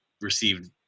received